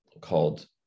called